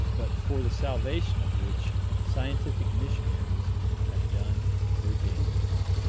but for the salvation of which scientific missionaries have done their damnedest.